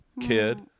kid